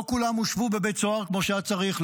לא כולם הושבו בבית סוהר כמו שהיה צריך,